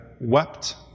wept